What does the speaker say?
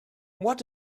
what